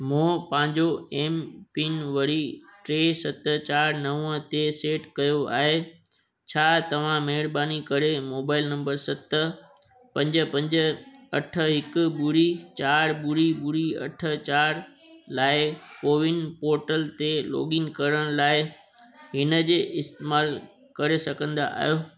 मूं पंहिंजो M PIN वरी टे सत चारि नव ते सेट कयो आहे छा तव्हां महिरबानी करे मोबाइल नंबर सत पंज पंज अठ हिकु ॿुड़ी चारि ॿुड़ी ॿुड़ी अठ चारि लाइ कोविन पोर्टल ते लॉगइन करण लाइ हिन जे इस्तेमाल करे सघंदा आहियो